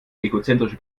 egozentrische